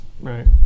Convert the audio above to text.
Right